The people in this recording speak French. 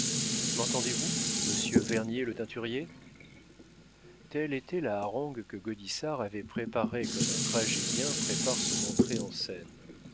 m'entendez-vous monsieur vernier le teinturier telle était la harangue que gaudissart avait préparée comme un tragédien prépare son entrée en scène